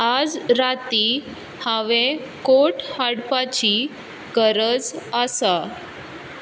आज राती हांवें कोट हाडपाची गरज आसा